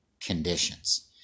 conditions